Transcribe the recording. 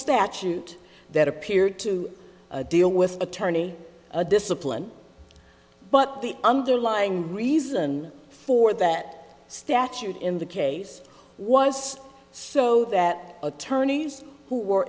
statute that appeared to deal with attorney discipline but the underlying reason for that statute in the case was so that attorneys who were